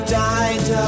died